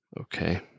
Okay